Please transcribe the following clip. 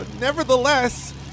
nevertheless